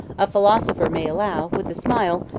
a philosopher may allow, with a smile,